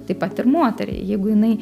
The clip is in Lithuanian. taip pat ir moteriai jeigu jinai